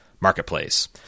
marketplace